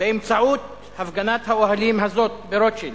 באמצעות הפגנת האוהלים הזאת ברוטשילד,